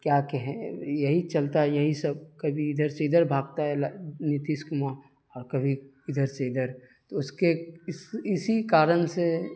کیا کہیں یہی چلتا ہے یہی سب کبھی ادھر سے ادھر بھاگتا ہے نتیش کمار اور کبھی ادھر سے ادھر تو اس کے اس اسی کارن سے